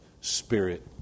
spirit